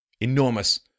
enormous